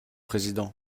président